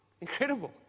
Incredible